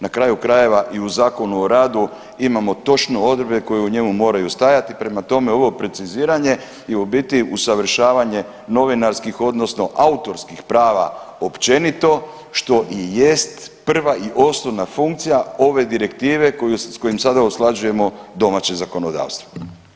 Na kraju krajeva, i u Zakonu o radu imamo točno odredbe koje u njemu moraju stajati, prema tome ovo preciziranje je u biti usavršavanje novinarskih, odnosno autorskih prava općenito, što i jest prva i osnovna funkcija ove Direktive s kojom sada usklađujemo domaće zakonodavstvo.